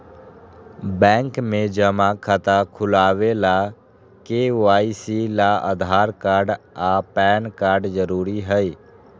bank में जमा खाता खुलावे ला के.वाइ.सी ला आधार कार्ड आ पैन कार्ड जरूरी हई